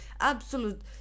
absolute